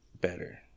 better